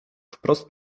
wprost